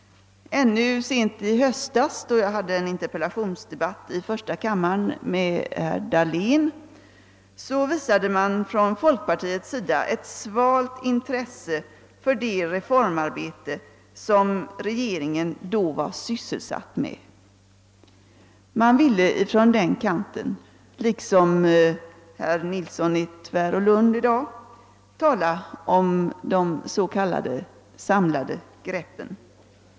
Ännu sent i höstas, när jag hade en interpellationsdebatt med herr Dahlén i första kammaren, visade man i folkpartiet ett mycket svalt intresse för det reformarbete regeringen då sysslade med. I folkpartiet ville man den gången — liksom herr Nilsson i Tvärålund gör i dag — i stället tala om det s.k. samlade greppet.